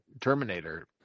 Terminator